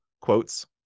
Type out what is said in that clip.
quotes